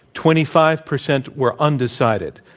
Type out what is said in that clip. twenty five percent were undecided.